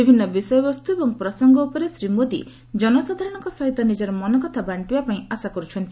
ବିଭିନ୍ନ ବିଷୟବସ୍ତୁ ଏବଂ ପ୍ରସଙ୍ଗ ଉପରେ ଶ୍ରୀ ମୋଦି ଜନସାଧାରଣଙ୍କ ସହିତ ନିକର ମନକଥା ବାଷ୍ଟିବାପାଇଁ ଆଶା କରୁଛନ୍ତି